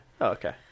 Okay